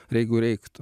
ir jeigu reiktų